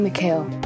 McHale